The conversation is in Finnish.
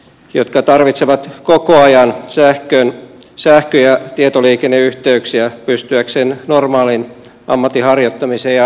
he tarvitsevat koko ajan sähkö ja tietoliikenneyhteyksiä pystyäkseen normaaliin ammatinharjoittamiseen ja asumiseen